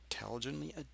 intelligently